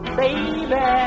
baby